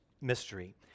mystery